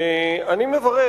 אני מברך,